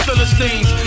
Philistines